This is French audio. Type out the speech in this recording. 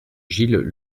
gilles